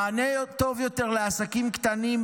מענה טוב יותר לעסקים קטנים,